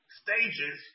stages